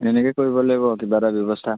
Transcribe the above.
এনেকৈ কৰিব লাগিব কিবা এটা ব্যৱস্থা